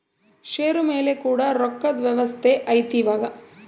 ಷೇರು ಮೇಲೆ ಕೂಡ ರೊಕ್ಕದ್ ವ್ಯವಸ್ತೆ ಐತಿ ಇವಾಗ